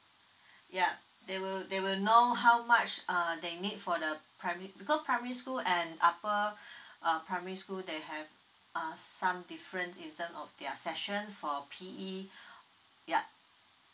yeah they will they will know how much uh that you need for the primary because primary school and upper uh primary school they have uh some difference in term of their session for P_E